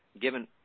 given